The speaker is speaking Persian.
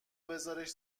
بزارش